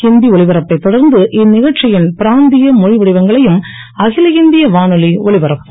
ஹிந்தி ஒலிபரப்பை தொடர்ந்து இந்நிகழ்ச்சியில் பிராந்திய மொழி வடிவங்களையும் அகில இந்திய வானொலி ஒலிபரப்பும்